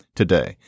today